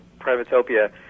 Privatopia